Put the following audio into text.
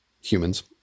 humans